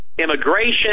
immigration